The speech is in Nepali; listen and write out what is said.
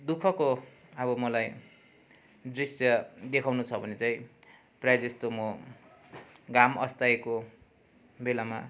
दुःखको अब मलाई दृश्य देखाउनु छ भने चाहिँ प्रायः जस्तो म घाम अस्ताएको बेलामा